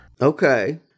Okay